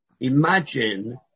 Imagine